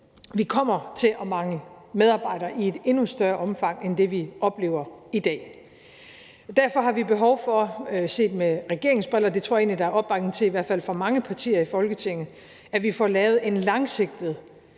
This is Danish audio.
vi kommer til at mangle medarbejdere i et endnu større omfang end det, vi oplever i dag. Derfor har vi behov for set med regeringens briller – og det tror jeg egentlig at der er opbakning til fra mange partier i Folketinget – at vi får lavet en langsigtet